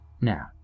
Now